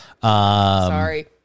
Sorry